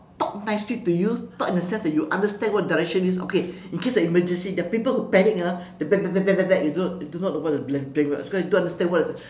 talk nicely to you talk in the sense that you understand what direction it is okay in case of emergency there are people who panic ah they pa~ pa~ pa~ pa~ pa~ you do not you do not know a thing [what] cause you don't understand what is